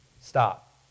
stop